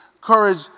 Courage